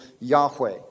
Yahweh